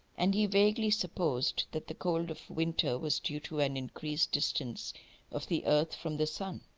and he vaguely supposed that the cold of winter was due to an increased distance of the earth from the sun.